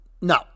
No